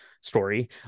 story